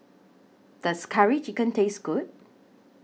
Does Curry Chicken Taste Good